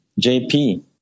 JP